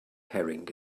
herring